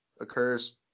occurs